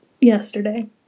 yesterday